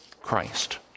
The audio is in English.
Christ